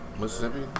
Mississippi